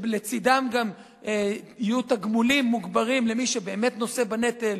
שלצדם גם יהיו תגמולים מוגברים למי שבאמת נושא בנטל.